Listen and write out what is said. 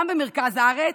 גם במרכז הארץ,